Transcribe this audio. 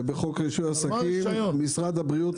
זה בחוק רישוי עסקים משרד הבריאות,